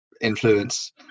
influence